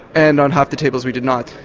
and on half the tables we did not.